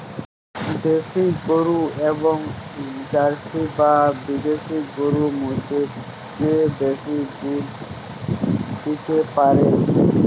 দেশী গরু এবং জার্সি বা বিদেশি গরু মধ্যে কে বেশি দুধ দিতে পারে?